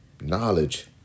knowledge